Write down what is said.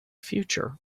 future